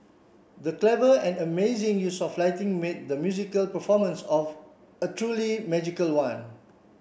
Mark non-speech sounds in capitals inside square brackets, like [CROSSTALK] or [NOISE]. the clever and amazing use of lighting made the musical performance [UNINTELLIGIBLE] a truly magical one